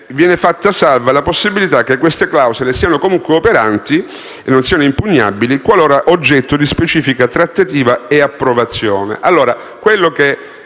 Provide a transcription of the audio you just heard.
viene fatta salva la possibilità che dette clausole siano comunque operanti e non impugnabili qualora oggetto di specifica trattativa e approvazione.